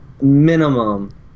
minimum